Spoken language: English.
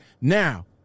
Now